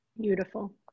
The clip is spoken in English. Beautiful